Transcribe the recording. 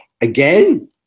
again